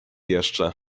jeszcze